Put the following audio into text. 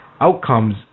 outcomes